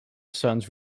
sons